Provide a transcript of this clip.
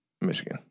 Michigan